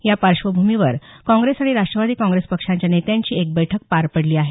या पार्श्वभूमीवर काँग्रेस आणि राष्ट्रवादी काँग्रेस पक्षांच्या नेत्यांची एक बैठक पार पडली आहे